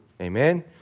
Amen